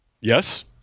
Yes